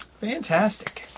Fantastic